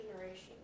generation